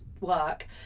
work